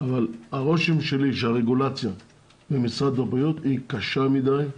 אבל הרושם שלי שהרגולציה במשרד הבריאות היא קשה מדי,